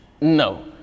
No